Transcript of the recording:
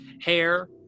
hair